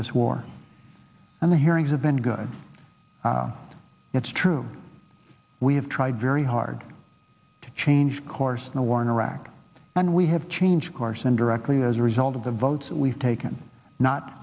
this war and the hearings have been good it's true we have tried very hard to change course in the war in iraq and we have changed course and directly as a result of the votes that we've taken not